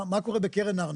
ומה קורה שם?